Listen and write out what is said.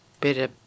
better